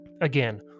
Again